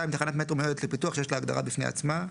2. תחנת מטרו מיועדת לפיתוח שיש לה הגדרה בפני עצמה.